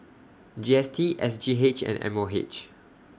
G S T S G H and M O H